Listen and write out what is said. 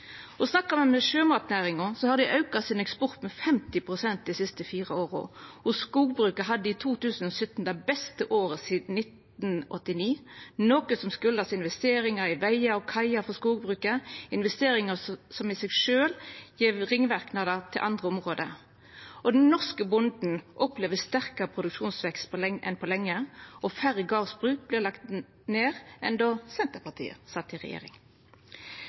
Og snakkar me med sjømatnæringa, har dei auka sin eksport med 50 pst. dei siste fire åra, og skogbruket hadde i 2017 det beste året sidan 1989, noko som kjem av investeringar i vegar og kaier for skogbruket, investeringar som i seg sjølve gjev ringverknader til andre område. Den norske bonden opplever òg sterkare produksjonsvekst enn på lenge, og færre gardsbruk vert lagde ned enn då Senterpartiet sat i regjering.